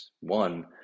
One